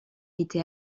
été